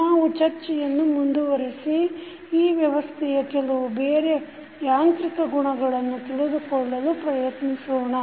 ನಾವು ಚರ್ಚೆಯನ್ನು ಮುಂದುವರೆಸಿ ಈ ವ್ಯವಸ್ಥೆಯ ಕೆಲವು ಬೇರೆ ಯಾಂತ್ರಿಕ ಗುಣಲಕ್ಷಣಗಳನ್ನು ತಿಳಿದುಕೊಳ್ಳಲು ಪ್ರಯತ್ನಿಸೋಣ